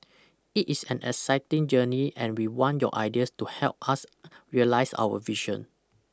it is an exciting journey and we want your ideas to help us realise our vision